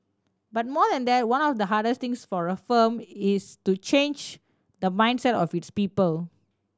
but more than that one of the hardest things for a firm is to change the mindset of its people